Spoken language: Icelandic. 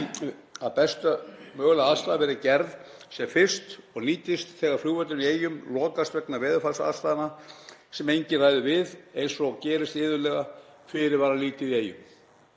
að besta mögulega aðstaða verði gerð sem fyrst og nýtist þegar flugvöllurinn í Eyjum lokast vegna veðurfarsaðstæðna sem enginn ræður við eins og gerist iðulega fyrirvaralítið í Eyjum.